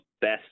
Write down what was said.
best